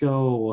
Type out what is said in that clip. go